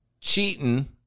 cheating